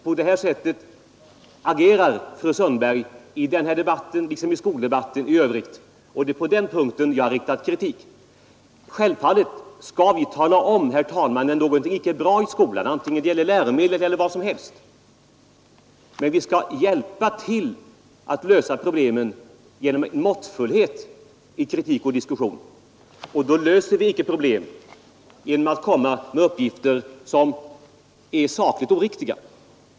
På detta sätt agerar fru Sundberg i den här debatten liksom i skoldebatten i övrigt. Självfallet skall vi tala om när något icke är bra i skolan, vare sig det gäller läromedel eller något annat. Men vi skall hjälpa till att lösa problemen genom måttfullhet i kritik och diskussion. Vi löser icke problemen genom att komma med uppgifter som är sakligt oriktiga.